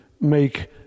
make